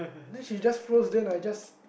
then she just froze then I just